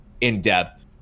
in-depth